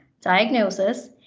diagnosis